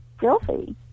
filthy